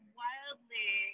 wildly